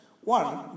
One